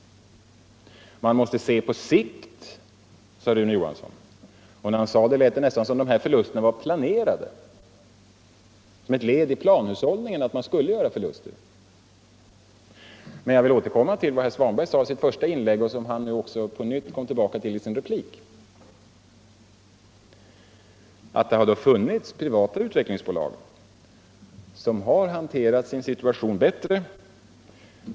Man måste se på sikt, sade Rune Johansson. Och när han sade det lät det nästan som om de här förlusterna var planerade, som om det var ett led i planhushållningen att man skulle göra förluster. Men jag vill återkomma till vad herr Svanberg sade i sitt första inlägg och som han kom tillbaka till i sin replik, att det har funnits privata utvecklingsbolag som har hanterat sin situation bättre.